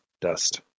dust